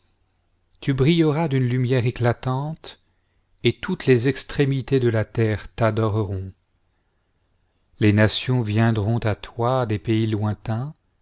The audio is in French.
tu brilleras d'une lumière éclatante et toutes les extrémités de la terre t'adoreront les nations viendront à toi des pays lointains